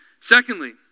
Secondly